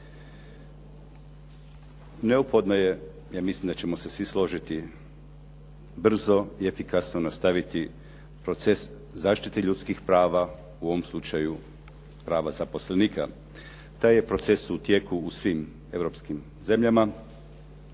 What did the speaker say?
Neophodno ja mislim da ćemo se svi složiti brzo i efikasno nastaviti proces zaštite ljudskih prava, u ovom slučaju prava zaposlenika. Taj je proces u tijeku u svim europskim zemljama